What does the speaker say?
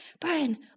Brian